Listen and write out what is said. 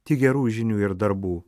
tik gerų žinių ir darbų